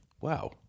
Wow